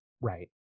Right